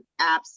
apps